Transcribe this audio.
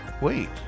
Wait